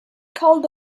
called